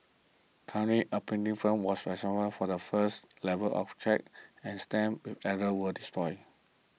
currently a printing firms was for the first level of checks and stamps with errors destroyed